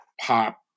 pop